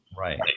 Right